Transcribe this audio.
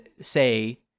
say